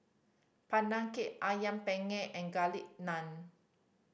Pandan Cake Ayam Penyet and Garlic Naan